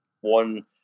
one